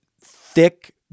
thick